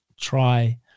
try